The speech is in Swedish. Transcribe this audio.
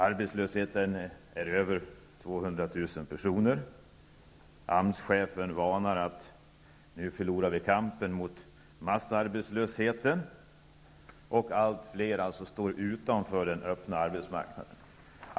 Antalet arbetslösa är nu över 200 000. AMS-chefen varnar för att vi nu förlorar kampen mot massarbetslösheten, och allt fler står utanför den öppna arbetsmarknaden.